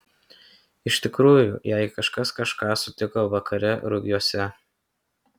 iš tikrųjų jei kažkas kažką sutiko vakare rugiuose